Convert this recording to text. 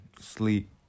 sleep